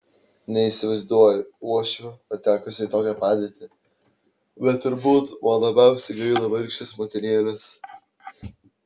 neįsivaizduoju uošvio patekusio į tokią padėtį bet turbūt man labiausiai gaila vargšės motinėlės